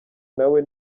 nawe